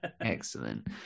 excellent